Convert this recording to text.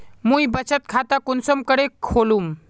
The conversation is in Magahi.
मुई बचत खता कुंसम करे खोलुम?